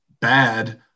bad